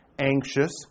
anxious